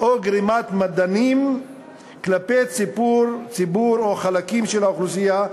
או גרימת מדנים כלפי ציבור או חלקים של האוכלוסייה,